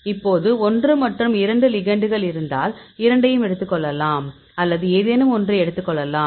இப்போது 1 மற்றும் 2 லிகெண்டுகள் இருந்தால் இரண்டையும் எடுத்துக் கொள்ளலாம் அல்லது ஏதேனும் ஒன்றை எடுத்துக் கொள்ளலாம்